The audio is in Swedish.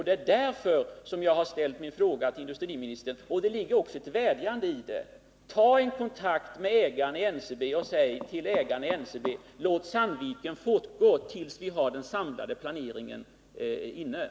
Det är därför jag ställt min fråga till industriministern, och det ligger också en vädjan här: Ta kontakt med ägarna i NCB och säg till dem: Låt verksamheten i Sandviken fortgå tills den samlade planeringen är klar!